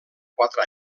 quatre